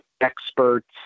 experts